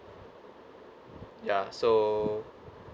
ya so